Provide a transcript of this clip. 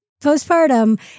postpartum